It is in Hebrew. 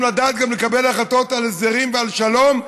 לדעת לקבל החלטות גם על הסדרים ועל שלום,